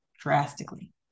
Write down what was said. drastically